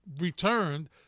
returned